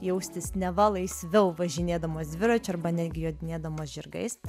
jaustis neva laisviau važinėdamos dviračiu arba netgi jodinėdamos žirgais